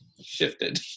shifted